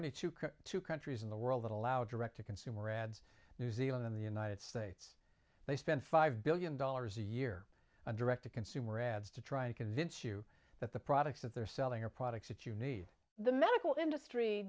chuka two countries in the world that allow direct to consumer ads new zealand in the united states they spend five billion dollars a year on direct to consumer ads to try and convince you that the products that they're selling are products that you need the medical industry